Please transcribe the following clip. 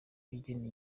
igena